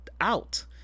out